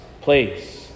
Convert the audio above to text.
place